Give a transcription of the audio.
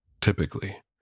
Typically